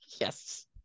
Yes